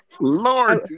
Lord